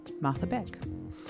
MarthaBeck